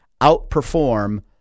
outperform